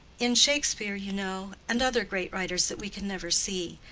in shakespeare, you know, and other great writers that we can never see.